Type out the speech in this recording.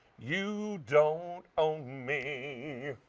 you don't own me